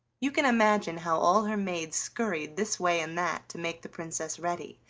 you can imagine how all her maids scurried this way and that to make the princess ready,